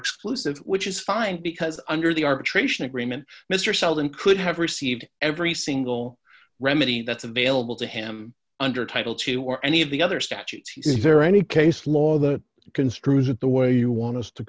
exclusive which is fine because under the arbitration agreement mr selden could have received every single remedy that's available to him under title two or any of the other statutes he says is there any case law that construe that the way you want us to